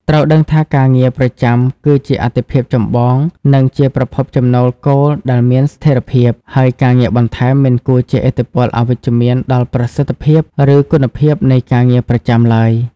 ត្រូវដឹងថាការងារប្រចាំគឺជាអាទិភាពចម្បង និងជាប្រភពចំណូលគោលដែលមានស្ថិរភាព ហើយការងារបន្ថែមមិនគួរជះឥទ្ធិពលអវិជ្ជមានដល់ប្រសិទ្ធភាព ឬគុណភាពនៃការងារប្រចាំឡើយ។។